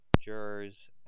jurors